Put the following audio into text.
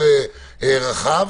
יותר רחב.